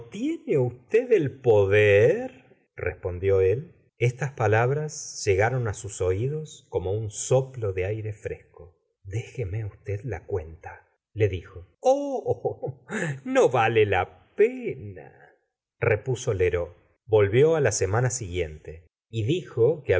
tiene usted el poder respondió él estas palabras llegaron á sus oídos como un soplo de aire fresco déjeme usted la cuental le dijo oh no vale la pena repusó lheureux volvió á la semana siguiente y dijo